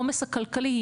העומס הכלכלי,